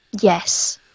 Yes